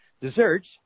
Desserts